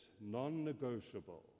non-negotiable